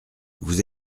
vous